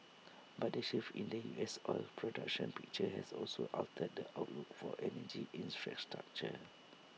but the shift in the U S oil production picture has also altered the outlook for energy infrastructure